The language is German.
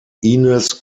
ines